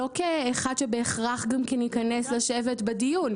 לא כאחד שבהכרח גם כן יכנס לשבת בדיון.